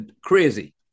crazy